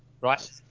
Right